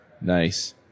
Nice